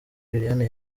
liliane